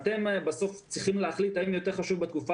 אתם בסוף צריכים להחליט האם יותר חשוב בתקופה